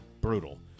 brutal